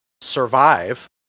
survive